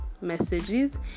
messages